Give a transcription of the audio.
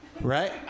Right